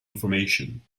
information